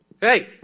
Hey